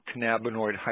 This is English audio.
cannabinoid